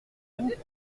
vous